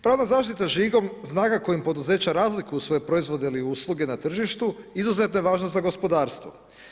Pravna zaštita žigom je znak kojim poduzeća razlikuju svoje proizvode ili usluge na tržištu izuzetno je važno za gospodarstvo.